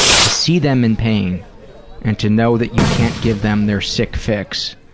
to see them in pain and to know that you can't give them their sick fix,